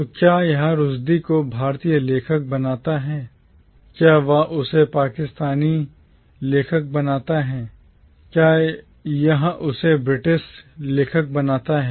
तो क्या यह Rushdie रुश्दी को भारतीय लेखक बनाता है क्या यह उसे Pakistani पाकिस्तानी लेखक बनाता है क्या यह उसे British ब्रिटिश लेखक बनाता है